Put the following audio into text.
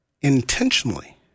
intentionally